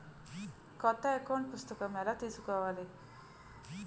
కొత్త అకౌంట్ పుస్తకము ఎలా తీసుకోవాలి?